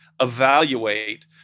evaluate